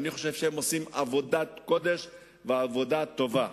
אני חושב שהוא עושה עבודת קודש ועבודה טובה.